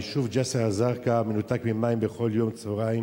היישוב ג'סר-א-זרקא מנותק ממים בכל יום בצהריים